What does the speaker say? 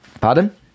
Pardon